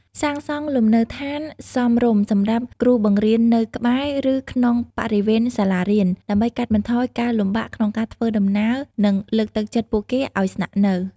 សាងសង់លំនៅឋានសមរម្យសម្រាប់គ្រូបង្រៀននៅក្បែរ ឬក្នុងបរិវេណសាលារៀន ដើម្បីកាត់បន្ថយការលំបាកក្នុងការធ្វើដំណើរ និងលើកទឹកចិត្តពួកគេឱ្យស្នាក់នៅ។